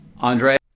andre